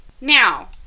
Now